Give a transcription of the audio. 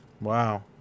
Wow